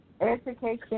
Education